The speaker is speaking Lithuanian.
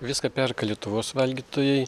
viską perka lietuvos valgytojai